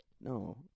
No